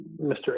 Mr